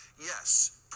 Yes